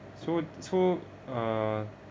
so so uh